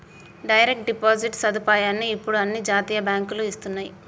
direct deposit సదుపాయాన్ని ఇప్పుడు అన్ని జాతీయ బ్యేంకులూ ఇస్తన్నయ్యి